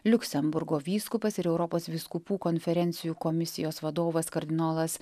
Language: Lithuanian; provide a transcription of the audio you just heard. liuksemburgo vyskupas ir europos vyskupų konferencijų komisijos vadovas kardinolas